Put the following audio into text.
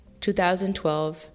2012